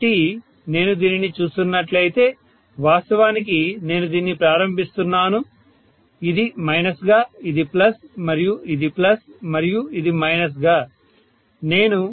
కాబట్టి నేను దీనిని చూస్తున్నట్లయితే వాస్తవానికి నేను దీన్ని ప్రారంభిస్తున్నాను ఇది మైనస్గా ఇది ప్లస్ మరియు ఇది ప్లస్ మరియు ఇది మైనస్గా నేను ఈ రెండింటినీ ఒకదానితో ఒకటి కనెక్ట్ చేయకపోతే ఇది అడిటివ్ కాదు